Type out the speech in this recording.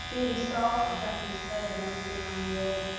julie starr i've referenced her the mentoring manual,